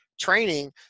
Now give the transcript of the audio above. Training